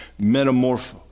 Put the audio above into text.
metamorpho